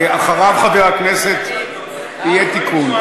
אחריו, חבר הכנסת, יהיה תיקון.